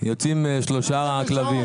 יוצאים שלושה כלבים.